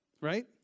right